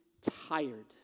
tired